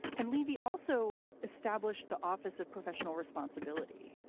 and leavey also established the office of professional responsibility.